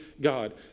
God